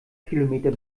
kilometer